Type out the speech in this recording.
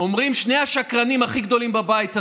אומרים שני השקרנים הכי גדולים בבית הזה,